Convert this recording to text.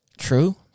True